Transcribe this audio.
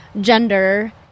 gender